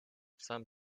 some